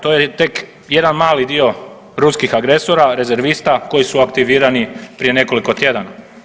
To je tek jedan mali dio ruskih agresora, rezervista koji su aktivirani prije nekoliko tjedana.